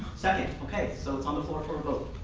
second. okay. so it's on the floor for a vote.